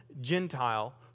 Gentile